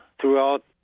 throughout